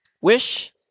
wish